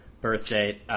birthday